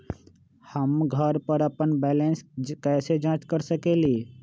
हम घर पर अपन बैलेंस कैसे जाँच कर सकेली?